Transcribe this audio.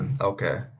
Okay